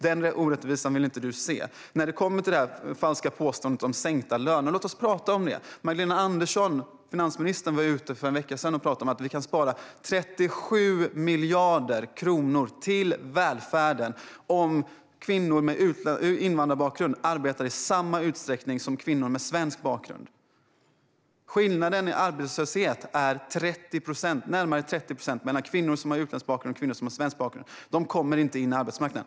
Denna orättvisa vill inte du se. Låt oss prata om det falska påståendet om sänkta löner! Magdalena Andersson, finansministern, var för en vecka sedan ute och pratade om att vi kan spara 37 miljarder kronor till välfärden om kvinnor med invandrarbakgrund arbetar i samma utsträckning som kvinnor med svensk bakgrund. Skillnaden i arbetslöshet mellan kvinnor som har utländsk bakgrund och kvinnor som har svensk bakgrund är närmare 30 procent. De kommer inte in på arbetsmarknaden.